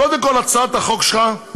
קודם כול, הצעת החוק שלך,